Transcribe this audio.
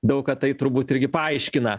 daug ką tai turbūt irgi paaiškina